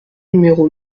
numéro